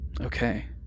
Okay